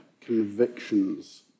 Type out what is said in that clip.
convictions